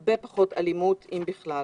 והרבה פחות אלימות, אם בכלל.